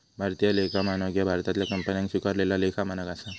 भारतीय लेखा मानक ह्या भारतातल्या कंपन्यांन स्वीकारलेला लेखा मानक असा